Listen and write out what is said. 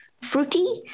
fruity